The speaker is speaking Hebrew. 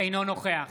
אינו נוכח